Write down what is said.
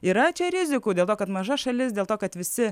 yra čia rizikų dėl to kad maža šalis dėl to kad visi